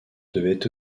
devait